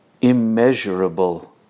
immeasurable